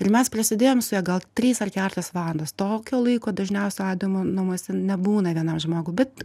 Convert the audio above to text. ir mes prasėdėjom su ja gal tris ar keturias valandas tokio laiko dažniausiai aidojimo namuose nebūna vienam žmogui bet